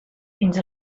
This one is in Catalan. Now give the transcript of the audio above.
fins